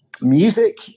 Music